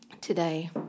today